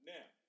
Now